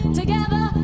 together